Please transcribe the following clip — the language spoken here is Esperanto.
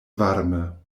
varme